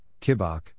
Kibok